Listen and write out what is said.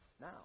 now